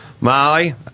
Molly